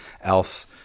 else